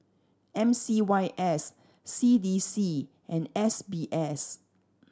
M C Y S C D C and S B S